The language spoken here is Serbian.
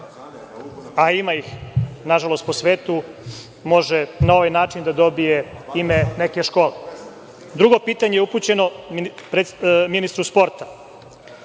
a ima ih nažalost po svetu, može na ovaj način da dobije ime neke škole. Drugo pitanje je upućeno ministru sporta.